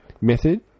Method